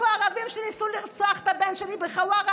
איפה הערבים שניסו לרצוח את הבן שלי בחווארה?